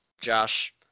Josh